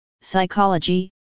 Psychology